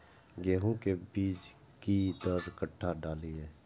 गेंहू के बीज कि दर कट्ठा डालिए?